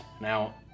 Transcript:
Now